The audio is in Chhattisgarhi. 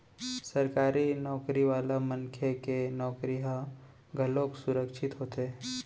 सरकारी नउकरी वाला मनखे के नउकरी ह घलोक सुरक्छित होथे